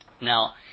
Now